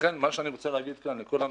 לכן מה שאני רצה לומר לכל הנוכחים,